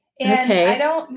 Okay